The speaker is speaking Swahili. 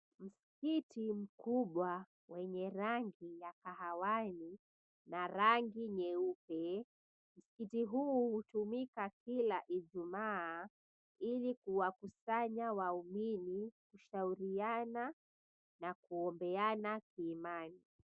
Msikiti mkubwa wenye rangi ya kahawia na rangi nyeupe. Msikiti huu hutumika kila Ijumaa ili kuwakusanya waumini kushauriana na kuombeana kiimani.